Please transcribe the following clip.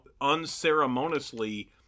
unceremoniously